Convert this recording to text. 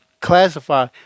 classify